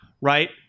right